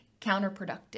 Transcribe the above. counterproductive